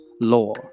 law